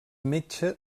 metge